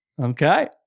Okay